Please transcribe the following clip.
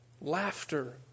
Laughter